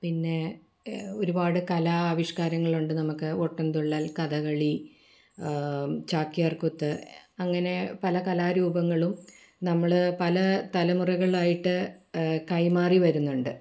പിന്നെ ഒരുപാട് കലാ ആ ആവിഷ്കാരങ്ങളുണ്ട് നമുക്ക് ഓട്ടൻതുള്ളൽ കഥകളി ചാക്യാർ കൂത്ത് അങ്ങനെ പല കലാരൂപങ്ങളും നമ്മൾ പല തലമുറകളായിട്ട് കൈമാറി വരുന്നുണ്ട്